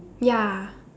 ya